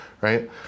right